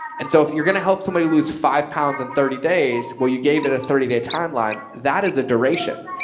and so if you're going to help somebody lose five pounds in thirty days, well, you gave it a thirty day timeline. that is a duration.